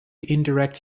indirect